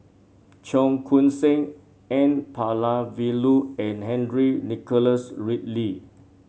Cheong Koon Seng N Palanivelu and Henry Nicholas Ridley